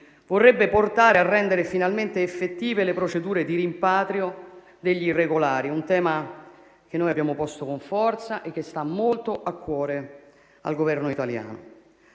vorrebbe portare a rendere finalmente effettive le procedure di rimpatrio degli irregolari: un tema che noi abbiamo posto con forza e che sta molto a cuore al Governo italiano.